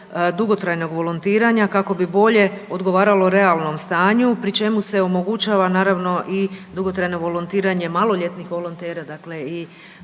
dugotrajnog volontiranja kako bi bolje odgovaralo realnom stanju, pri čemu se omogućava, naravno i dugotrajno volontiranje maloljetnih volontera, dakle i